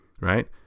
right